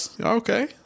Okay